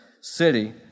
city